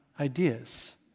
ideas